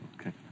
Okay